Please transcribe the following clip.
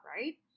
right